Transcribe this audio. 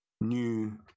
new